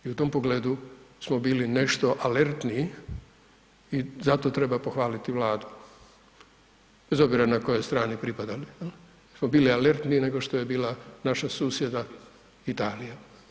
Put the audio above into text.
I u tom pogledu smo bili nešto alertniji i zato treba pohvaliti Vladu bez obzira na kojoj strani pripadamo jer smo bili alertniji nego što je bila naša susjeda Italija.